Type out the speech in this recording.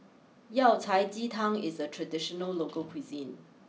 Yao Cai Ji Tang is a traditional local cuisine